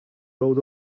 road